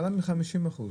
למעלה מ-50%.